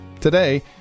Today